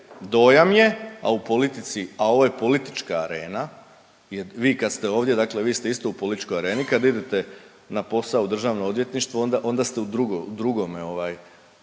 politici, a ovo je politička arena jer vi kad ste ovdje dakle vi ste isto u političkoj areni, kad idete na posao u Državno odvjetništvo onda ste u drugome ovaj